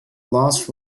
last